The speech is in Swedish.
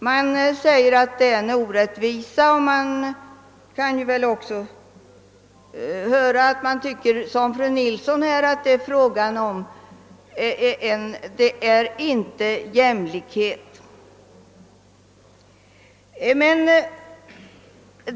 Man säger att detta är en orättvisa, och man kan som fru Nilsson tycka att det inte är någon jämlikhet.